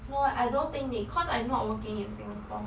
no eh I don't think need cause I not working in singapore